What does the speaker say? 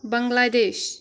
Bangladesh